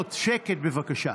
הסיעות שקט, בבקשה.